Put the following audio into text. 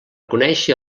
conèixer